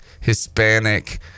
Hispanic